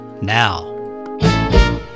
now